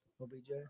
OBJ